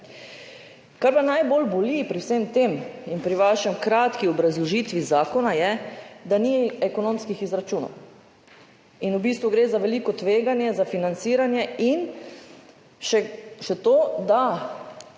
pa najbolj boli pri vsem tem in pri vaši kratki obrazložitvi zakona, je, da ni ekonomskih izračunov. V bistvu gre za veliko tveganje za financiranje. In še to, da